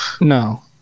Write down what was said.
No